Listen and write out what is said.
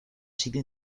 sido